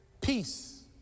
peace